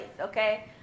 Okay